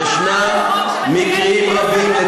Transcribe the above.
יש מקרים רבים,